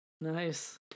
Nice